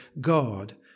God